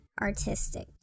artistic